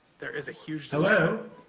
there is a huge delay. hello,